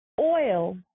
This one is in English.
Oil